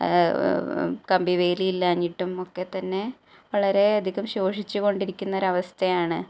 കമ്പിവേലി ഇല്ലാഞ്ഞിട്ടും ഒക്കെത്തന്നെ വളരേ അധികം ശോഷിച്ചുകൊണ്ടിരിക്കുന്നൊരവസ്ഥയാണ്